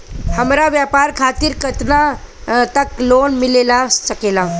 हमरा व्यापार खातिर केतना तक लोन मिल सकेला?